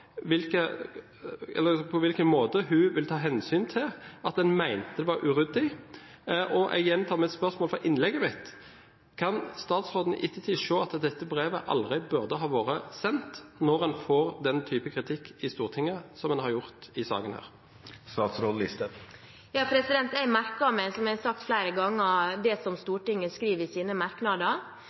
på hvilken måte hun vil ta hensyn til at en mente det var uryddig. Jeg gjentar spørsmålet fra innlegget mitt: Kan statsråden i ettertid se at dette brevet aldri burde ha vært sendt, når en får den type kritikk i Stortinget som en har fått i denne saken? Jeg merker meg, som jeg har sagt flere ganger, det som Stortinget skriver i sine merknader,